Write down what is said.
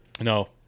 No